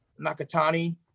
Nakatani